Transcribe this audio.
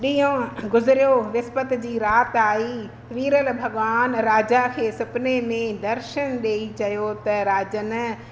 ॾींहुं गुज़रियो विसपति जी राति आई वीरल भॻवानु राजा खे सपिने में दर्शन ॾेई चयो त राजन